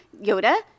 Yoda